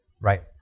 Right